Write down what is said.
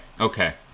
okay